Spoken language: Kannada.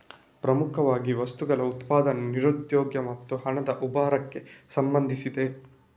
ಪ್ರಮುಖವಾಗಿ ವಸ್ತುಗಳ ಉತ್ಪಾದನೆ, ನಿರುದ್ಯೋಗ ಮತ್ತೆ ಹಣದ ಉಬ್ಬರಕ್ಕೆ ಸಂಬಂಧಿಸಿದೆ